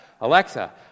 Alexa